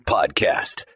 Podcast